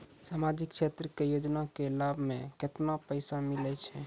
समाजिक क्षेत्र के योजना के लाभ मे केतना पैसा मिलै छै?